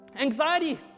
anxiety